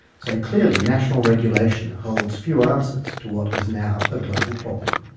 so clearly, national regulation holds few answers to what is now a global problem.